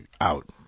out